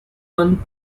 won